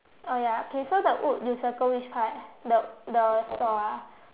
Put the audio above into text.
oh ya okay so the wood you circle which part the the saw ah